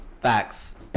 Facts